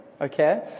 Okay